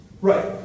Right